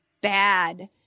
bad